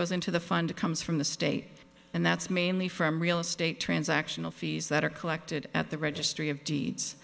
goes into the fund comes from the state and that's mainly from real estate transactional fees that are collected at the registry of deeds